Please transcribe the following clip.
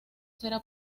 será